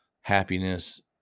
happiness